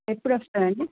ఎప్పుడు వస్తారు అండి